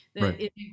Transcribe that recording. Right